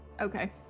Okay